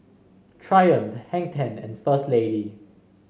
Triumph Hang Ten and First Lady